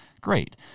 great